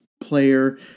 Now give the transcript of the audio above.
player